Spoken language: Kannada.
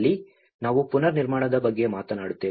ಅಲ್ಲಿ ನಾವು ಪುನರ್ನಿರ್ಮಾಣದ ಬಗ್ಗೆ ಮಾತನಾಡುತ್ತೇವೆ